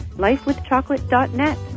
LifeWithChocolate.net